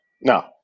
No